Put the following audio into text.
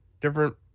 different